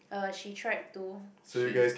uh she tried to she